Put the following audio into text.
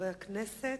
חברי הכנסת,